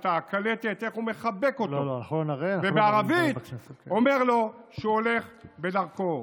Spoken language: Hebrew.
את הקלטת איך הוא מחבק אותו ובערבית אומר לו שהוא הולך בדרכו.